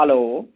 hello